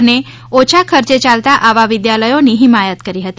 અને ઓછા ખર્ચે ચાલતા આવા વિદ્યાલયોની હિમાયત કરી હતી